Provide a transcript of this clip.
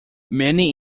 many